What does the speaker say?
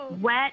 wet